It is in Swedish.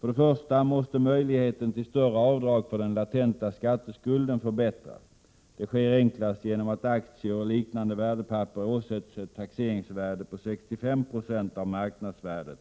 För det första måste möjligheten till större avdrag för den latenta skatteskulden förbättras. Detta sker enklast genom att aktier och liknande värdepapper åsätts ett taxeringsvärde på 65 96 av marknadsvärdet